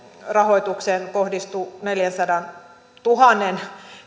rahoitukseen kohdistui neljänsadantuhannen